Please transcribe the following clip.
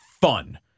fun